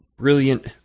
brilliant